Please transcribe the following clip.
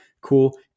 Cool